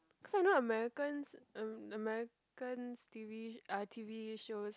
cause I know Americans um Americans t_v uh t_v shows